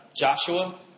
Joshua